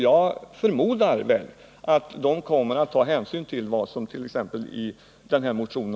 Jag förmodar att de också kommer att ta hänsyn till de synpunkter som har framförts i den här motionen.